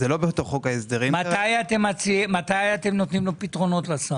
מתי אתם תיתנו פתרונות לשר?